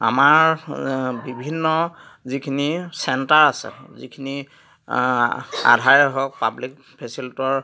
আমাৰ বিভিন্ন যিখিনি চেণ্টাৰ আছে যিখিনি আধাৰে হওক পাব্লিক ফেচিলেটৰ